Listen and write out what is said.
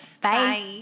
Bye